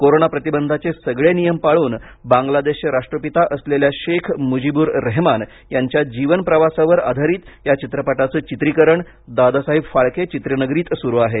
corona प्रतिबंधाचे सगळे नियम पाळून बांग्लादेशचे राष्ट्रपिता असलेल्या शेख मुजीबूर रेहमान यांच्या जीवनप्रवासावर आधारित या चित्रपटाचं चित्रीकरण दादासाहेब फाळके चित्रनगरीत सुरु आहे